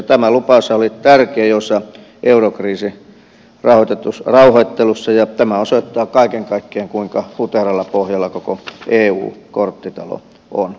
tämä lupaushan oli tärkein osa eurokriisin rauhoittelussa ja tämä osoittaa kaiken kaikkiaan kuinka huteralla pohjalla koko eu korttitalo on